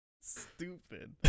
Stupid